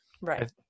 Right